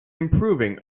improving